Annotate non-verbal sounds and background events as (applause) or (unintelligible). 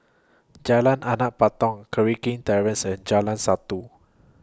Jalan Anak Patong (unintelligible) Terrace and Jalan Satu